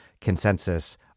consensus